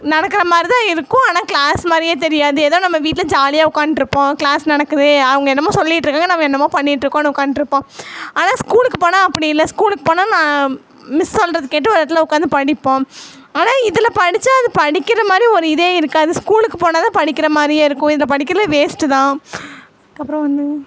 நடக்கிற மாதிரி தான் இருக்கும் ஆனால் க்ளாஸ் மாதிரியே தெரியாது ஏதோ நம்ம வீட்டில் ஜாலியாக உட்காந்ட்ருப்போம் க்ளாஸ் நடக்குது அவங்க என்னமோ சொல்லிட்டுருக்காங்க நம்ம என்னமோ பண்ணிட்டுருக்கோம்னு உட்காந்ட்ருப்போம் ஆனால் ஸ்கூலுக்கு போனால் அப்படி இல்லை ஸ்கூலுக்கு போனால் நான் மிஸ் சொல்கிறது கேட்டு ஒரு இடத்துல உட்காந்து படிப்போம் ஆனால் இதில் படிச்சால் அது படிக்கின்ற மாதிரி ஒரு இதே இருக்காது ஸ்கூலுக்கு போனால் தான் படிக்கின்ற மாதிரியே இருக்கும் இதில் படிக்கிறதே வேஸ்ட்டு தான் அதுக்கப்புறம் வந்து